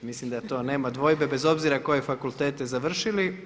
Mislim da to nema dvojbe bez obzira koje fakultete završili.